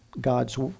God's